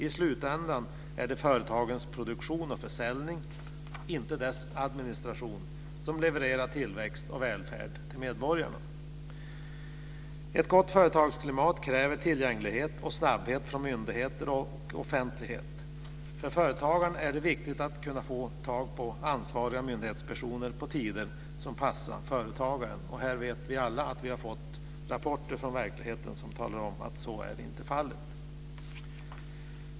I slutändan är det företagens produktion och försäljning, inte dess administration, som levererar tillväxt och välfärd till medborgarna. Ett gott företagsklimat kräver tillgänglighet och snabbhet från myndigheter och offentlighet. För företagaren är det viktigt att kunna få tag på ansvariga myndighetspersoner på tider som passar företagaren. Vi vet alla att vi har fått rapporter från verkligheten som talar om att så inte är fallet.